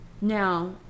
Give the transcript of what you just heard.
Now